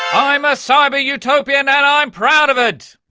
i'm a cyber utopian and i'm proud of it!